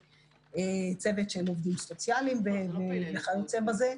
צוות של עובדים סוציאליים וכיוצא בזה.